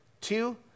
Two